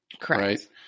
Correct